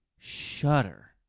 Shudder